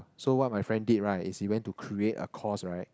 so what my friend did right is he went to create a course right